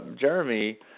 Jeremy